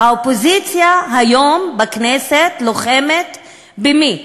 האופוזיציה היום בכנסת לוחמת במי?